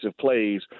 plays